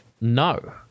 No